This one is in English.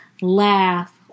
Laugh